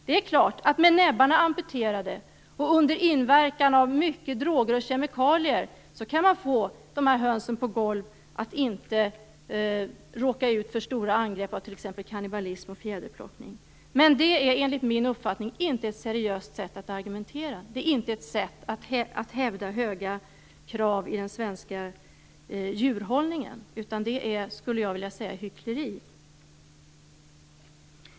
Det är klart att höns med näbbarna amputerade och under inverkan av mycket droger och kemikalier kan fås att inte råka ut för stora angrepp av t.ex. kannibalism och fjäderplockning. Men det är enligt min uppfattning inte ett seriöst sätt att argumentera eller att hävda höga krav i den svenska djurhållningen. Det är hyckleri.